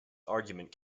argument